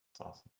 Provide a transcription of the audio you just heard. Awesome